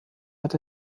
hat